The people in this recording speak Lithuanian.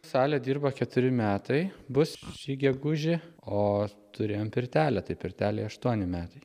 salė dirba keturi metai bus šį gegužį o turėjom pirtelę tai pirtelei aštuoni metai